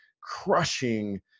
crushing